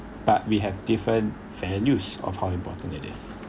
but we have different values of how important it is